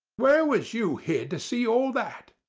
where was you hid to see all that?